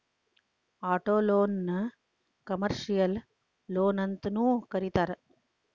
ಆಟೊಲೊನ್ನ ಕಮರ್ಷಿಯಲ್ ಲೊನ್ಅಂತನೂ ಕರೇತಾರ